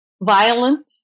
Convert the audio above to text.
violent